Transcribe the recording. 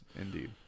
indeed